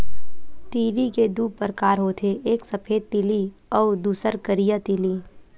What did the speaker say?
तिली के दू परकार होथे एक सफेद तिली अउ दूसर करिया तिली